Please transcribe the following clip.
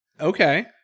Okay